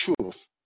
truth